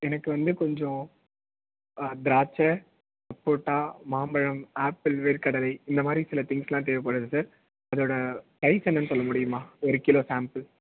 எனக்கு வந்து கொஞ்சம் திராட்சை சப்போட்டா மாம்பழம் ஆப்பிள் வேர்கடலை இந்த மாதிரி சில திங்ஸ் எல்லாம் தேவைப்படுது சார் அதோட ப்ரைஸ் என்னனு சொல்ல முடியுமா ஒரு கிலோ சாம்பிள்